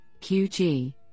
QG